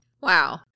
Wow